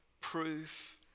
proof